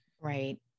Right